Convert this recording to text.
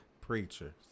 preachers